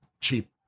cheap